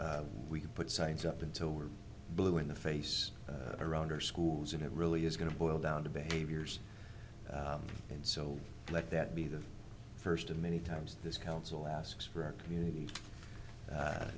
we can put signs up until we're blue in the face around our schools and it really is going to boil down to behaviors and so let that be the first of many times this council asks for our community